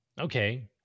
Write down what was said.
Okay